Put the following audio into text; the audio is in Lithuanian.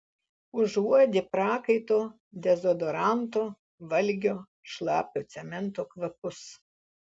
užuodi prakaito dezodoranto valgio šlapio cemento kvapus